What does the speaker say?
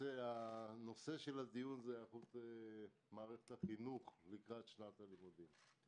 הנושא של הדיון הוא מערכת החינוך לקראת שנת הלימודים.